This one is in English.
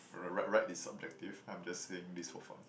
right right right is subjective I'm just saying this for fun